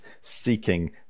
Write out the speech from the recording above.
seeking